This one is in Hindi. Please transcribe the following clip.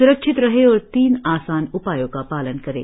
स्रक्षित रहें और तीन आसान उपायों का पालन करें